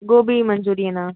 Gopi மஞ்சூரியன்னா